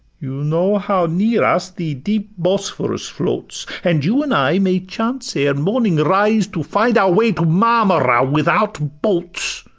you know how near us the deep bosphorus floats and you and i may chance, ere morning rise, to find our way to marmora without boats,